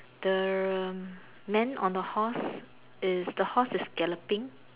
the man on the horse is the horse is galloping